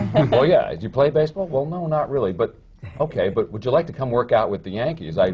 and well, yeah. do you play baseball? well, no, not really. but okay, but would you like to come work out with the yankees? you